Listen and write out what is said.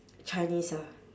chinese ah